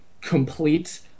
complete